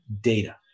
data